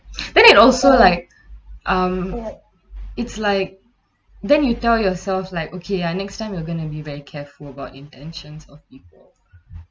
then it also like um it's like then you tell yourself like okay ah next time you are going to be very careful about intentions of people